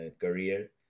career